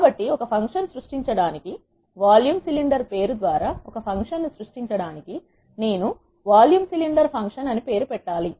కాబట్టి ఒక ఫంక్షన్ సృష్టించడానికి volume cylinder పేరు ద్వారా ఒక ఫంక్షన్ ను సృష్టించడానికి నేను volume cylinder ఫంక్షన్ అని పేరు పెట్టాలి